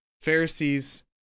Pharisees